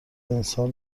انسان